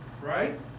right